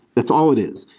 that's all it is.